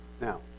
Now